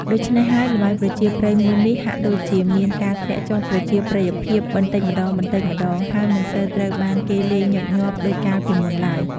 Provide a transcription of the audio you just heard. ដូច្នេះហើយល្បែងប្រជាប្រិយមួយនេះ ហាក់ដូចជាមានការធ្លាក់ចុះប្រជាប្រិយភាពបន្តិចម្តងៗ ហើយមិនសូវត្រូវបានគេលេងញឹកញាប់ដូចកាលពីមុនឡើយ។